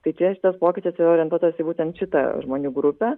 tai čia šitas pokytis yra orientuotas į būtent šitą žmonių grupę